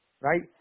right